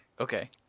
Okay